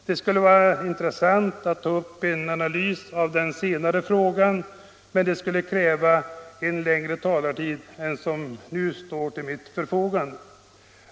Det skulle vara intressant att ta upp en analys av den senare frågan, men det skulle kräva en längre talartid än som står till mitt förfogande.